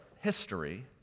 history